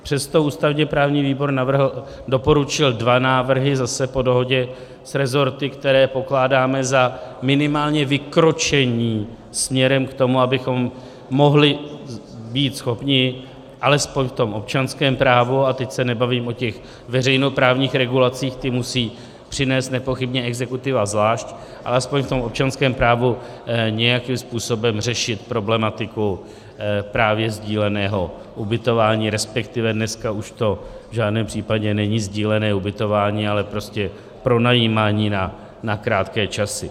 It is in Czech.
Přesto ústavněprávní výbor doporučil dva návrhy zase po dohodě s rezorty, které pokládáme za minimálně vykročení směrem k tomu, abychom mohli být schopni alespoň v tom občanském právu a teď se nebavím o těch veřejnoprávních regulacích, ty musí přinést nepochybně exekutiva zvlášť ale alespoň v tom občanském právu nějakým způsobem řešit problematiku právě sdíleného ubytování, respektive dneska už to v žádném případě není sdílené ubytování, ale prostě pronajímání na krátké časy.